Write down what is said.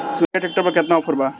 Sonalika tractor पर केतना offer बा?